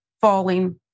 falling